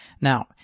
Now